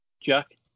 Jack